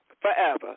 Forever